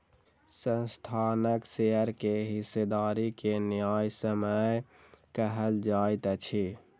संस्थानक शेयर के हिस्सेदारी के न्यायसम्य कहल जाइत अछि